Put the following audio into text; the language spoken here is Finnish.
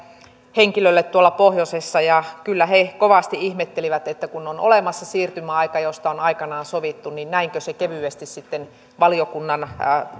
henkilölle tuolla pohjoisessa ja kyllä he kovasti ihmettelivät että kun on olemassa siirtymäaika josta on aikanaan sovittu niin näinkö se kevyesti sitten valiokunnan